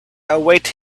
await